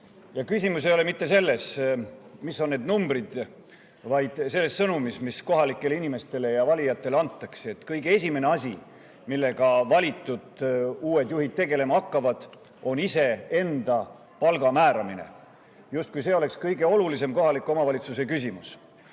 küsimus ei ole mitte selles, mis on need numbrid, vaid sõnumis, mis kohalikele inimestele ja valijatele antakse: kõige esimene asi, millega valitud uued juhid tegelema hakkavad, on iseenda palga määramine, justkui see oleks kõige olulisem kohaliku omavalitsuse küsimus.